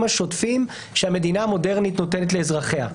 השוטפים שהמדינה המודרנית נותנת לאזרחיה.